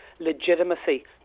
legitimacy